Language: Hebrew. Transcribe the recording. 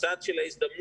בצד של ההזדמנות,